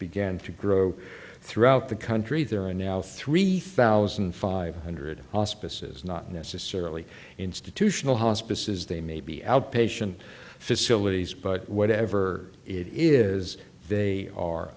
began to grow throughout the country there are now three thousand five hundred auspices not necessarily institutional hospices they may be outpatient facilities but whatever it is they are